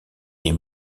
les